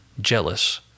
Jealous